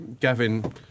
Gavin